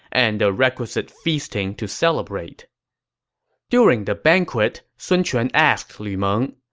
and the requisite feasting to celebrate during the banquet, sun quan asked lu meng,